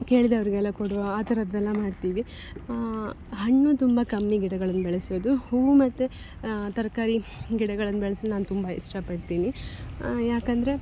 ಕೇಳಿದವರಿಗೆಲ್ಲ ಕೊಡುವ ಆ ಥರದ್ದೆಲ್ಲ ಮಾಡ್ತೀವಿ ಹಣ್ಣು ತುಂಬ ಕಮ್ಮಿ ಗಿಡಗಳನ್ನು ಬೆಳೆಸೋದು ಹೂವು ಮತ್ತು ತರಕಾರಿ ಗಿಡಗಳನ್ನು ಬೆಳೆಸಲು ನಾನು ತುಂಬ ಇಷ್ಟಪಡ್ತೀನಿ ಯಾಕಂದರೆ